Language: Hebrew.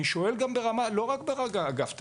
אני שואל לא רק את אגף תד"מ.